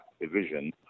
division